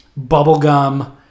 bubblegum